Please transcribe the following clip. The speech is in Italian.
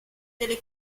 delle